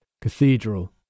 Cathedral